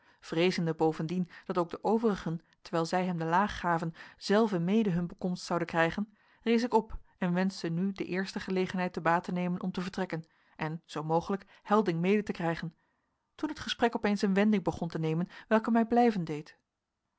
vreezende bovendien dat ook de overigen terwijl zij hem de laag gaven zelven mede hun bekomst zouden krijgen rees ik op en wenschte nu de eerste gelegenheid te baat te nemen om te vertrekken en zoo mogelijk helding mede te krijgen toen het gesprek opeens een wending begon te nemen welke mij blijven deed